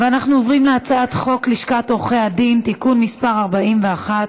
אנחנו עוברים להצעת חוק לשכת עורכי הדין (תיקון מס' 41)